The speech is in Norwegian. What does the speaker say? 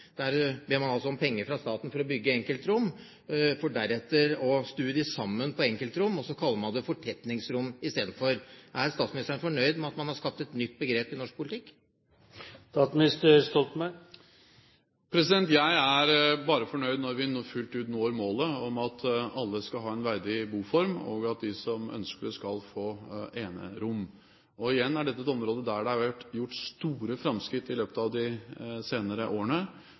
Der ber man altså om penger fra staten for å bygge enkeltrom, for deretter å stue dem sammen på enkeltrom, og så kaller man det fortetningsrom istedenfor. Er statsministeren fornøyd med at man har skapt et nytt begrep i norsk politikk? Jeg er bare fornøyd når vi fullt ut når målet om at alle skal ha en verdig boform, og at de som ønsker det, skal få enerom. Igjen er dette et område der det er gjort store framskritt i løpet av de senere årene.